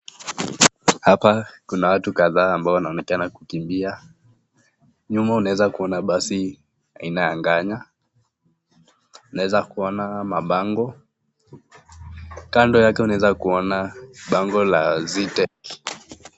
Hapa kuna watu kadhaa ambao wanaonekana kukimbia, nyuma unaweza kuona basi aina ya nganya, unaweza kuona mabango, kando yake unaweza kuona bango la Zetech.